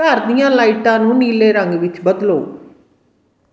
ਘਰ ਦੀਆਂ ਲਾਈਟਾਂ ਨੂੰ ਨੀਲੇ ਰੰਗ ਵਿੱਚ ਬਦਲੋ